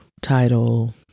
title